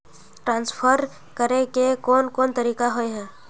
Transfer करे के कोन कोन तरीका होय है?